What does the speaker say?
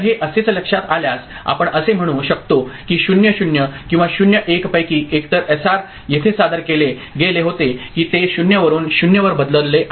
तर हे असेच लक्षात आल्यास आपण असे म्हणू शकतो की 0 0 किंवा 0 1 पैकी एकतर एसआर येथे सादर केले गेले होते की ते 0 वरून 0 वर बदलले आहे